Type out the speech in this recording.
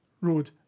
road